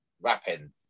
wrapping